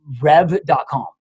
Rev.com